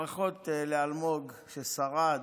ברכות לאלמוג, ששרד,